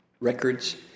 records